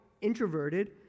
introverted